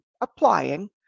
applying